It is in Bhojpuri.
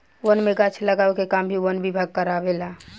वन में गाछ लगावे के काम भी वन विभाग कारवावे ला